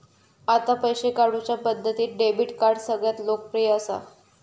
आता पैशे काढुच्या पद्धतींत डेबीट कार्ड सगळ्यांत लोकप्रिय असा